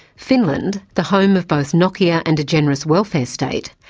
finland, the home of both nokia and a generous welfare state,